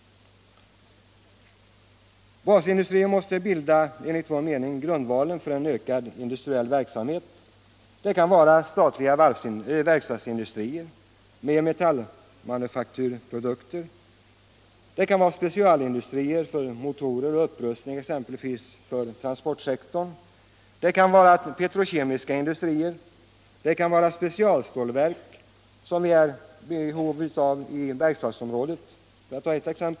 Basindustrierna måste enligt vår mening bilda grundvalen för en ökad industriell verksamhet — det kan vara statliga verkstadsindustrier med metallmanufakturprodukter, det kan vara specialindustrier för motorer och utrustning exempelvis för transportsektorn, det kan vara petrokemiska industrier, det kan vara specialstålverk, som vi exempelvis är i behov av i Bergslagsområdet.